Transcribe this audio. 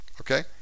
okay